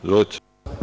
Izvolite.